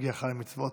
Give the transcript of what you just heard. בהגיעו למצוות.